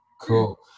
Cool